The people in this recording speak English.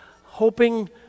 hoping